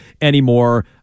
anymore